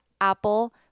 Apple